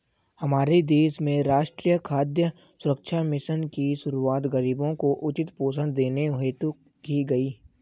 हमारे देश में राष्ट्रीय खाद्य सुरक्षा मिशन की शुरुआत गरीबों को उचित पोषण देने हेतु की गई